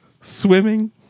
swimming